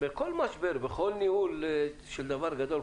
בכל ניהול של דבר גדול,